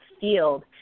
field